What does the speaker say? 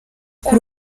kuri